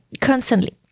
constantly